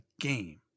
game